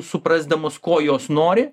suprasdamos ko jos nori